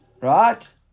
right